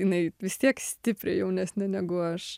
jinai vis tiek stipriai jaunesnė negu aš